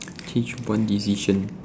change one decision